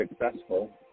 successful